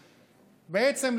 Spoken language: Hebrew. בעצם,